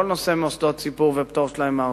כל נושא מוסדות ציבור ופטור שלהם מארנונה.